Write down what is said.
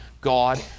God